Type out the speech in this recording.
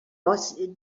was